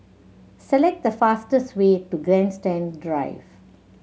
select the fastest way to Grandstand Drive